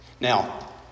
Now